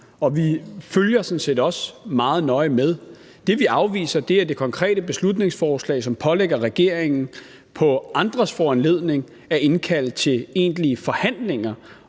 vi følger sådan set også meget nøje med. Det, vi afviser, er det konkrete beslutningsforslag, som pålægger regeringen på andres foranledning at indkalde til egentlige forhandlinger